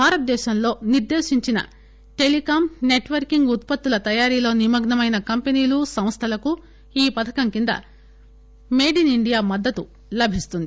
భారత దేశంలో నిర్దేశించిన టెలికాం నెట్వర్కింగ్ ఉత్పత్తుల తయారీలో నిమగ్పమైన కంపెనీలు సంస్థలకు ఈ పథకం కింద మేడ్ ఇన్ ఇండియా మద్దతు లభిస్తుంది